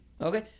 okay